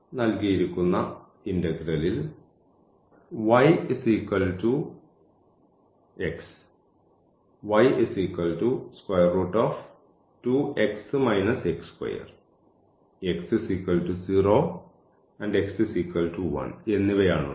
നൽകിയിരിക്കുന്ന ഇന്റഗ്രലിൽ എന്നിവയാണുള്ളത്